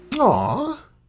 Aw